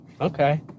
okay